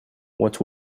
what